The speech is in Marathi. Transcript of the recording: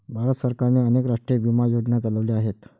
भारत सरकारने अनेक राष्ट्रीय विमा योजनाही चालवल्या आहेत